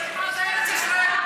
מה זה ארץ ישראל?